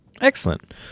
Excellent